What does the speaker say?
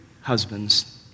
husbands